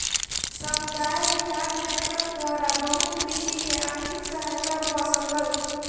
समुदाय विकास बैंकक द्वारा बहुत कृषक के आर्थिक सहायता भ सकल